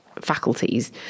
faculties